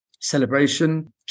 celebration